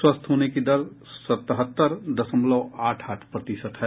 स्वस्थ होन की दर सतहत्तर दशमलव आठ आठ प्रतिशत है